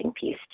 piece